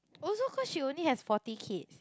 also cause she only has forty kids